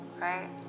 right